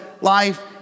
life